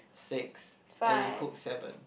six and you cook seven